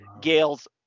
Gail's